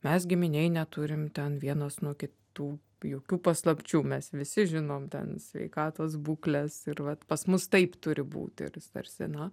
mes giminėj neturim ten vienos nuo kitų jokių paslapčių mes visi žinom ten sveikatos būkles ir vat pas mus taip turi būti ir jis tarsi na